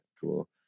Cool